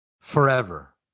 forever